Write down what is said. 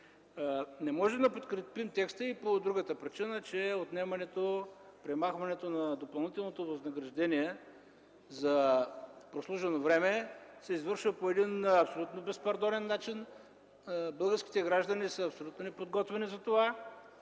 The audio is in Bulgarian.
Не можем да подкрепим текста и по другата причина, че отнемането, премахването на допълнителното възнаграждение за прослужено време се извършва по един абсолютно безпардонен начин. Българските граждани са абсолютно неподготвени за това.